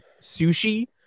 sushi